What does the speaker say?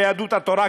ביהדות התורה,